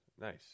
Nice